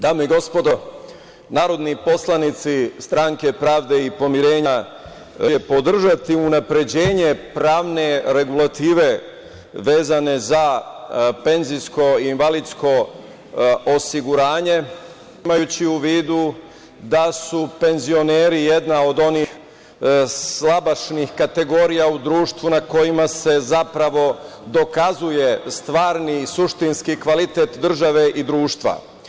Dame i gospodo, narodni poslanici Stranka pravde i pomirenja će podržati unapređenje pravne regulative vezane za penzijsko i invalidsko osiguranje, imajući u vidu da su penzioneri jedna od onih slabašnih kategorija u društvu na kojima se, zapravo, dokazuje stvarni i suštinski kvalitet države i društva.